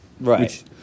Right